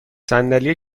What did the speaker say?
صندلی